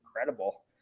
incredible